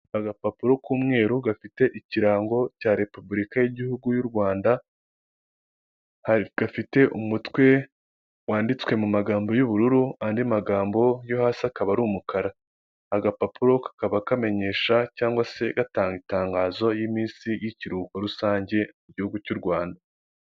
Aka agapapuro k'umweru gafite ikirango cya repubulika y'igihugu y' u Rwanda, gafite umutwe wanditswe mu magambo y'ubururu, andi magambo yo hasi akaba ari umukara; agapapuro kakaba kamenyesha cyangwa se gatanga itangazo y'iminsi y'ikiruhuko rusange mu gihugu cy'u Rwanda.